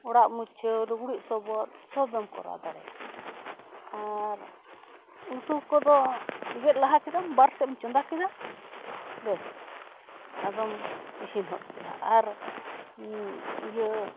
ᱚᱲᱟᱜ ᱢᱩᱪᱷᱟᱹᱣ ᱞᱩᱜᱽᱲᱤᱡ ᱥᱚᱵᱚᱫ ᱥᱳᱵ ᱮᱢ ᱠᱚᱨᱟᱣ ᱫᱟᱲᱮᱭᱟᱜᱼᱟ ᱟᱨ ᱩᱛᱩ ᱠᱚᱫᱚ ᱜᱮᱫ ᱞᱟᱦᱟ ᱠᱮᱫᱟᱢ ᱵᱟᱨ ᱥᱮᱫ ᱮᱢ ᱪᱚᱸᱫᱟ ᱠᱮᱫᱟ ᱵᱮᱥ ᱟᱫᱚᱢ ᱤᱥᱤᱱ ᱦᱚᱫ ᱠᱮᱫᱟ ᱟᱨ ᱤᱭᱟᱹ